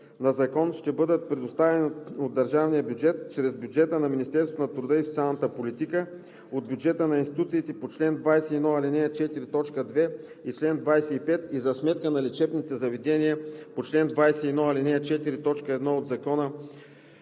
ще бъдат предоставени от държавния бюджет, чрез бюджета на Министерството на труда и социалната политика, от бюджета на институциите по чл. 21, ал. 4, т. 2 и чл. 25, и за сметка на лечебните заведения по чл. 21, ал. 4, т. 1 от Закона,